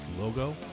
logo